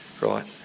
right